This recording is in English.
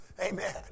Amen